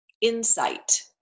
insight